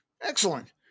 Excellent